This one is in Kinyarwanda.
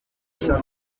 yifuza